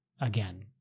again